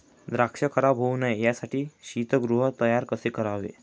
द्राक्ष खराब होऊ नये यासाठी शीतगृह तयार कसे करावे?